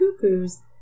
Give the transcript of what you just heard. cuckoos